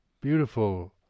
beautiful